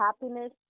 happiness